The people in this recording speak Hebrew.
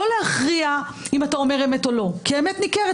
לא להכריע אם אתה אומר אמת או לא, כי האמת ניכרת.